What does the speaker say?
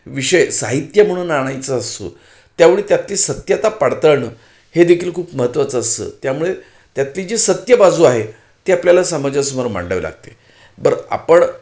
विषय साहित्य म्हणून आणायचा असतो त्यावेळी त्यातली सत्यता पडताळणं हे देखील खूप महत्त्वाचं असतं त्यामुळे त्यातली जी सत्य बाजू आहे ती आपल्याला समाजासमोर मांडावी लागते बरं आपण